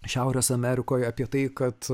šiaurės amerikoj apie tai kad